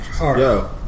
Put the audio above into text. Yo